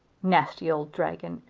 nasty old dragon!